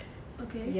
okay